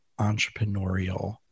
entrepreneurial